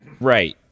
right